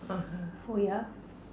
orh oh yeah